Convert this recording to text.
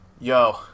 Yo